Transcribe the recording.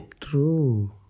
True